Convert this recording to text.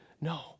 No